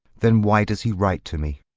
then why does he write to me?